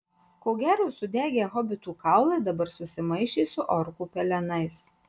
ko gero sudegę hobitų kaulai dabar susimaišė su orkų pelenais